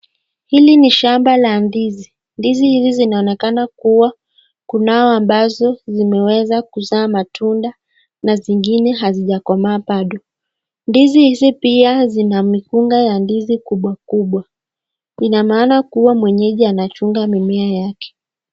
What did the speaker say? Hili ni shamba la ndizi. Ndizi hizi zinaonekana kuwa kunao ambazo zimeweza kuzaa matunda na kuna zingine hazijakomaa bado. Ndizi hizi pia zina mikunga ya ndizi kubwa kubwa. Ina maana kuwa mwenyeji anachunga mimea yake.